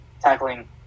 tackling